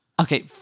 Okay